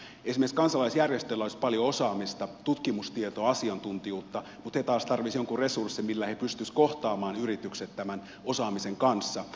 esimerkiksi kansalaisjärjestöillä olisi paljon osaamista tutkimustietoa asiantuntijuutta mutta he taas tarvitsisivat jonkun resurssin millä he pystyisivät kohtaamaan yritykset tämän osaamisen kanssa